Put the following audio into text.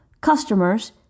customers